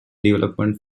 development